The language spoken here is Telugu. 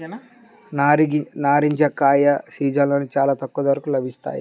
నారింజ కాయల సీజన్లో చాలా తక్కువ ధరకే లభిస్తాయి